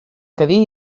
cadí